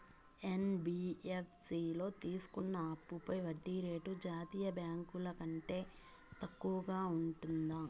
NBFC లో తీసుకున్న అప్పుపై వడ్డీ రేటు జాతీయ బ్యాంకు ల కంటే తక్కువ ఉంటుందా?